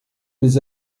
mes